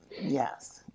Yes